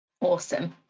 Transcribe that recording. awesome